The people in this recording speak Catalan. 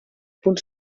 punt